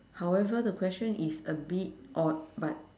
however the question is a bit odd but